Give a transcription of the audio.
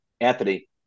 Anthony